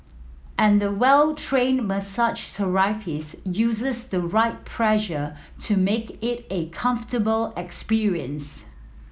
and the well trained massage therapist uses the right pressure to make it a comfortable experience